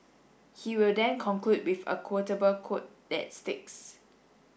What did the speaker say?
he will then conclude with a quotable quote that sticks